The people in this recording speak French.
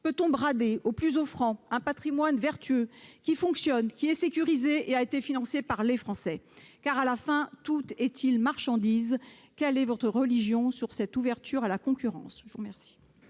Peut-on brader au plus offrant un patrimoine vertueux, qui fonctionne, qui est sécurisé et a été financé par les Français ? À la fin, tout est-il marchandise ? Quelle est votre religion sur cette ouverture à la concurrence ?